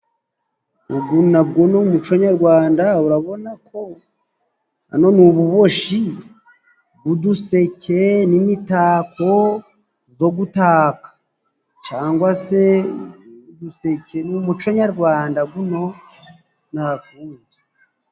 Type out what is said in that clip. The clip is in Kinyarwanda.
Ugu nago n'umuco nyarwanda. Urabona ko hano ni ububoshi bw'uduseke n'imitako zo gutaka cangwa se uduseke. Ni umuco nyarwanda guno ntagundi.